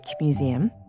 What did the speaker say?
Museum